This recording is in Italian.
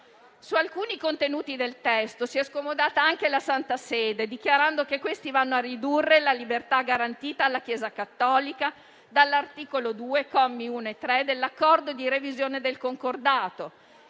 Su alcuni contenuti del testo si è scomodata anche la Santa Sede, dichiarando che questi vanno a ridurre la libertà garantita alla Chiesa cattolica dall'articolo 2, commi 1 e 3, dell'accordo di revisione del concordato,